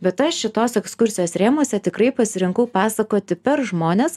bet aš šitos ekskursijos rėmuose tikrai pasirinkau pasakoti per žmones